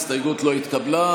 ההסתייגות לא התקבלה.